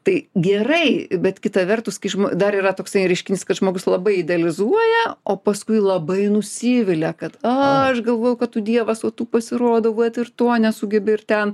tai gerai bet kita vertus kai žmo dar yra toksai reiškinys kad žmogus labai idealizuoja o paskui labai nusivilia kad aš galvojau kad tu dievas o tu pasirodo vat ir to nesugebi ir ten